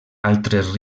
altres